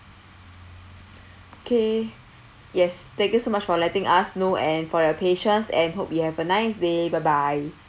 K yes thank you so much for letting us know and for your patience and hope you have a nice day bye bye